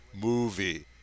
movie